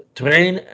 train